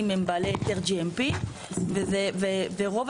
אבל הוא מראש יכול לבוא ולהגיד שהוא מתכוון ורוצה